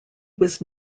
was